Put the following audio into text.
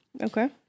Okay